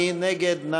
מי נגד?